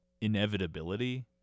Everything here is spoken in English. inevitability